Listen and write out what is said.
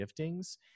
giftings